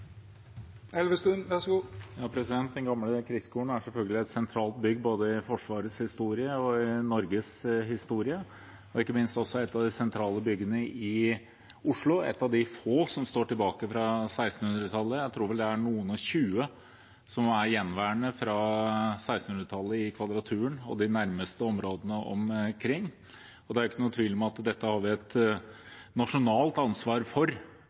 selvfølgelig et sentralt bygg både i Forsvarets historie og i Norges historie og ikke minst et av de sentrale byggene i Oslo – et av de få som står fra 1600-tallet. Jeg tror det er noen og tjue som er igjen fra 1600-tallet i Kvadraturen og de nærmeste områdene omkring. Det er ingen tvil om at dette har vi et nasjonalt ansvar for